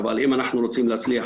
אבל אם אנחנו רוצים להצליח,